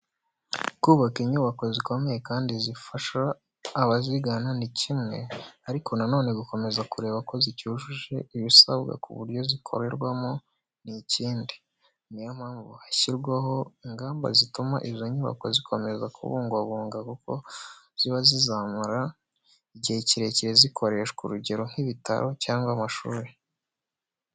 Kubaka inyubako zikomeye kandi zifasha abazigana ni kimwe, ariko nanone gukomeza kureba ko zicyujuje ibisabwa ku buryo zikorerwamo n'ikindi. Ni yo mpamvu hashyirwaho ingamba zituma izo nyubako zikomeza ku bungwabungwa kuko ziba zizamara igihe kirekire zikoreshwa, urugero nk'ibitaro cyangwa amashuri.